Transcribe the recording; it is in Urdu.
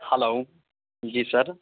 ہلو جی سر